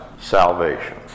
salvation